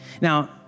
Now